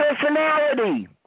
personality